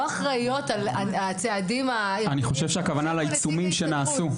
אחראיות על הצעדים --- אני חושב שהכוונה לעיצומים שנעשו.